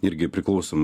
irgi priklausom